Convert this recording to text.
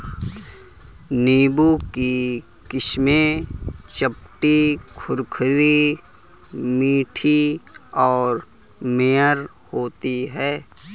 नींबू की किस्में चपटी, खुरदरी, मीठी और मेयर होती हैं